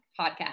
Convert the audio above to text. podcast